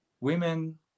Women